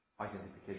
Identification